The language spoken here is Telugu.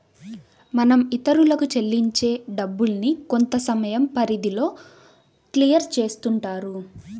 మనం ఇతరులకు చెల్లించే డబ్బుల్ని కొంతసమయం పరిధిలో క్లియర్ చేస్తుంటారు